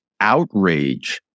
outrage